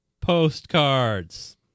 postcards